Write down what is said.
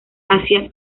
asia